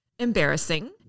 embarrassing